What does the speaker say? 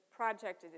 project